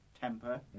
temper